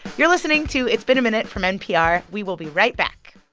you're listening to it's been a minute from npr. we will be right back